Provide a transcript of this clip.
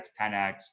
10x